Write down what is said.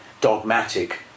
dogmatic